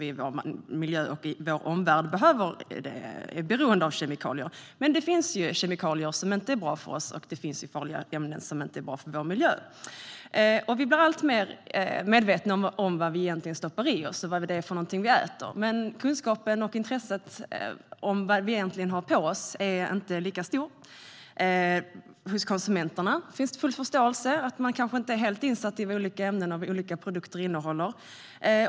Vi är i vår miljö och vår omvärld beroende av kemikalier. Men det finns ju kemikalier som inte är bra för oss, och det finns farliga ämnen som inte är bra för vår miljö. Vi blir alltmer mer medvetna om vad vi stoppar i oss, vad det är vi äter, men kunskaperna och intresset när det gäller vad vi har på oss är inte lika stora. Det är fullt förståeligt att konsumenterna inte är helt insatta i vilka ämnen olika produkter innehåller.